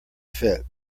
fit